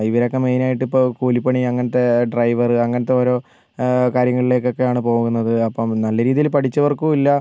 ഇവരൊക്കെ മെയിൻ ആയിട്ട് ഇപ്പോൾ കൂലിപ്പണി അങ്ങനത്തെ ഡ്രൈവർ അങ്ങനത്തെ ഓരോ കാര്യങ്ങളിലേക്കൊക്കെയാണ് പോകുന്നത് അപ്പം നല്ല രീതിയിൽ പഠിച്ചവർക്കുമില്ല